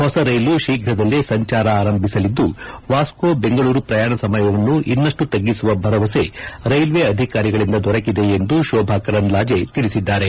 ಹೊಸ ರೈಲು ಶೀಘ್ರದಲ್ಲೇ ಸಂಚಾರ ಆರಂಭಿಸಲಿದ್ದುವಾಸೋ ದೆಂಗಳೂರು ಪ್ರಯಾಣ ಸಮಯವನ್ನು ಇನ್ನಷ್ಟು ತ್ಗಿಸುವ ಭರವಸೆ ರೈಲ್ವೆ ಅಧಿಕಾರಿಗಳಿಂದ ದೊರಕಿದೆ ಎಂದು ಶೋಭಾ ಕರಂದ್ಲಾಜೆ ತಿಳಿಸಿದ್ದಾರೆ